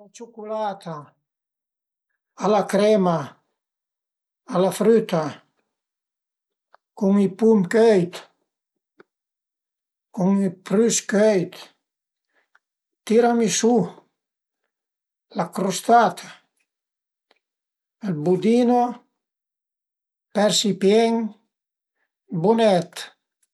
Turta a la ciculata, a la crema, a la früta, cun i pum cöit, cun i prüs cöit, tiramisù, la crustata, ël budino, persi pien, bunet